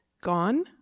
Gone